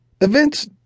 Events